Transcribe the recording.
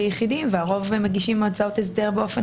ביחידים והרוב מגישים הצעות הסדר באופן